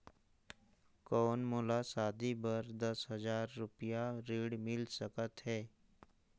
कौन मोला शादी बर दस हजार रुपिया ऋण मिल सकत है?